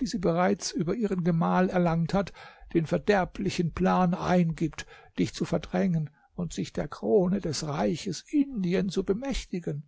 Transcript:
die sie bereits über ihren gemahl erlangt hat den verderblichen plan eingibt dich zu verdrängen und sich der krone des reichs indien zu bemächtigen